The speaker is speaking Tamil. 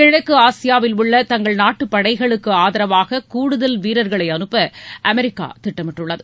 கிழக்கு ஆசியாவில் உள்ள தங்கள் நாட்டு படைகளுக்கு ஆதரவாக கூடுதல் வீரர்களை அனுப்ப அமெரிக்கா திட்டமிட்டுள்ளது